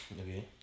Okay